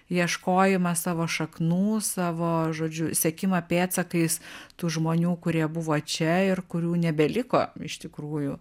ieškojimas savo šaknų savo žodžiu sekimą pėdsakais tų žmonių kurie buvo čia ir kurių nebeliko iš tikrųjų